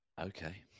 Okay